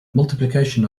multiplication